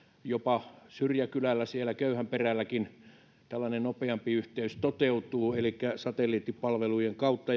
jopa syrjäkylällä siellä köyhän perälläkin tällainen nopeampi yhteys toteutuu elikkä satelliittipalvelujen kautta